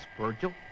Virgil